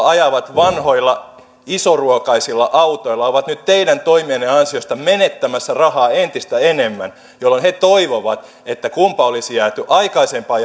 ajavat vanhoilla isoruokaisilla autoilla ovat nyt teidän toimienne ansiosta menettämässä rahaa entistä enemmän jolloin he toivovat että kunpa olisi jääty aikaisempaan